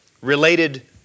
related